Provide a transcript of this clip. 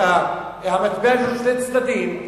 למטבע יש שני צדדים,